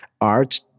Art